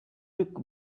took